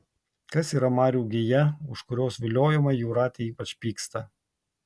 kas yra marių gija už kurios viliojimą jūratė ypač pyksta